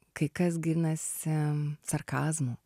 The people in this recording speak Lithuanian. kai kas ginasi sarkazmu